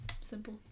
simple